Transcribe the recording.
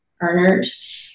earners